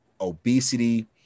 obesity